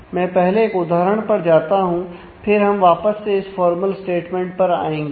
मैं पहले एक उदाहरण पर जाता हूं और फिर हम वापस से इस फॉर्मल स्टेटमेंट पर आएंगे